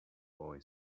boy